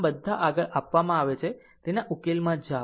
આમ બધા આગળ આપવામાં આવે છે તેના ઉકેલમાં જાઓ